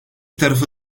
tarafı